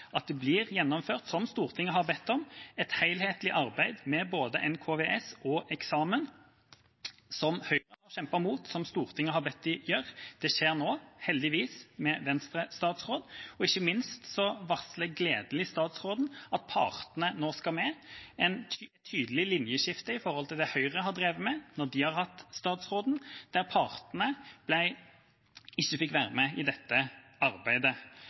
at det blir gjennomført, som Stortinget har bedt om, et helhetlig arbeid med både NKVS og eksamen, som Høyre har kjempet mot. Dette skjer nå heldigvis med en Venstre-statsråd. Ikke minst er det gledelig at statsråden varsler at partene nå skal med – et tydelig linjeskifte i forhold til det Høyre drev med da de hadde statsråden, der partene ikke fikk være med i dette arbeidet.